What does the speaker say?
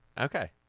Okay